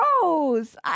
gross